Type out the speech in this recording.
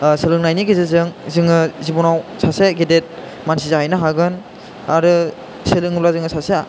सोलोंनायनि गेजेरजों जोङो जिबनाव सासे गेदेर मानसि जाहैनो हागोन आरो सोलोङोबा जोङो सासे